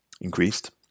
increased